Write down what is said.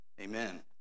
Amen